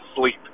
sleep